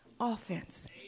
offense